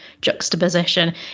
juxtaposition